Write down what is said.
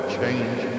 change